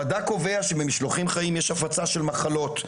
המדע קובע שבמשלוחים חיים יש הפצה של מחלות,